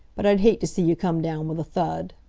but i'd hate to see you come down with a thud.